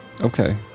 Okay